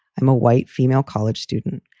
i'm a white female college student.